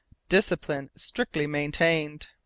discipline strictly maintained.